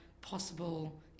possible